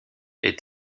est